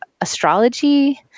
astrology